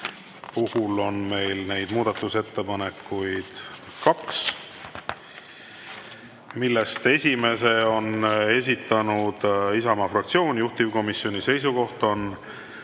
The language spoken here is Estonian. puhul on meil neid muudatusettepanekuid kaks. Esimese on esitanud Isamaa fraktsioon. Juhtivkomisjoni seisukoht on